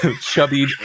chubby